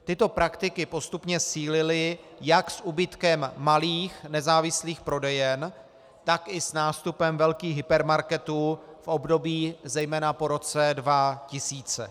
Tyto praktiky postupně sílily jak s úbytkem malých, nezávislých prodejen, tak i s nástupem velkých hypermarketů v období zejména po roce 2000.